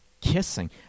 kissing